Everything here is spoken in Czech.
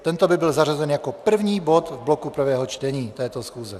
Tento by byl zařazen jako první bod v bloku prvého čtení této schůze.